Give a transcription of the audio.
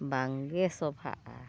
ᱵᱟᱝᱜᱮ ᱥᱚᱵᱷᱟᱜᱼᱟ